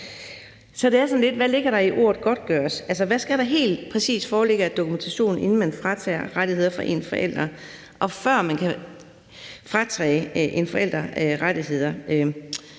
Så det er sådan lidt: Hvad ligger der i ordet godtgøres? Altså, hvad skal der helt præcis foreligge af dokumentation, før man kan fratage en forælder rettigheder?